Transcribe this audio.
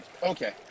Okay